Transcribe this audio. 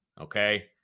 Okay